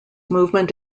movement